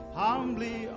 humbly